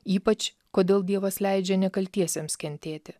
ypač kodėl dievas leidžia nekaltiesiems kentėti